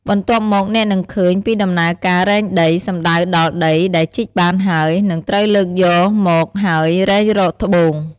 បន្ទាប់មក អ្នកនឹងឃើញពីដំណើរការរែងដី សំដៅដល់ដីដែលជីកបានហើយនឹងត្រូវលើកយកមកហើយរែងរកត្បូង។